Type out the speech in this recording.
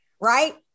right